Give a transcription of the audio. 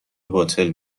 باطل